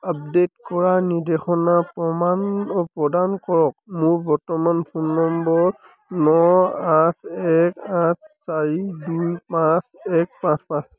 update কৰাৰ নিৰ্দেশনা প্ৰমাণ অ' প্ৰদান কৰক মোৰ বৰ্তমান ফোন নম্বৰ ন আঠ এক আঠ চাৰি দুই পাঁচ এক পাঁচ পাঁচ